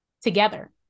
together